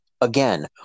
again